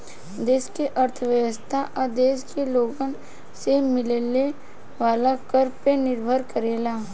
देश के अर्थव्यवस्था ओ देश के लोगन से मिले वाला कर पे निर्भर करेला